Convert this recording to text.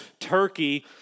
turkey